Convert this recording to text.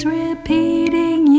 repeating